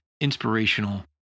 inspirational